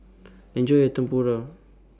Enjoy your Tempura